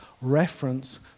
reference